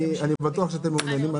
אני בטוח שאתם מעוניינים.